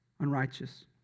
unrighteous